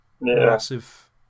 massive